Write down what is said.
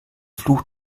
fluch